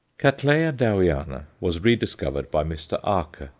cattleya dowiana was rediscovered by mr. arce,